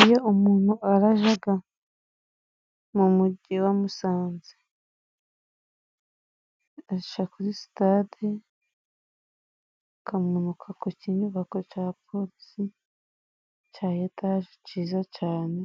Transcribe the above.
Iyo umuntu arajya mu mujyi wa Musanze aca kuri sitade, akamanuka ku kinyubako cya polisi cya etaje cyiza cyane,